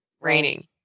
Raining